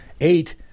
eight